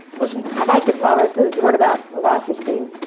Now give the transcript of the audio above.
wasn't to follow this. what about wasserstein,